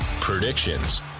predictions